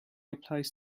applies